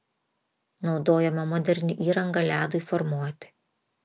naudojama moderni įranga ledui formuoti